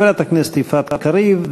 חברת הכנסת יפעת קריב,